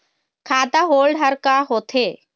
खाता होल्ड हर का होथे?